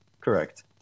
Correct